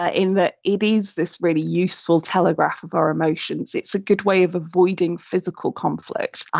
ah in that it is this really useful telegraph of our emotions it's a good way of avoiding physical conflict.